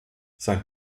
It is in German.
sein